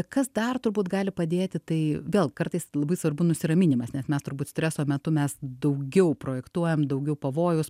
kas dar turbūt gali padėti tai vėl kartais labai svarbu nusiraminimas nes mes turbūt streso metu mes daugiau projektuojam daugiau pavojaus